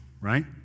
right